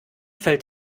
fällt